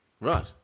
Right